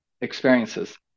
experiences